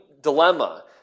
dilemma